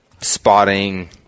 spotting